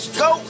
go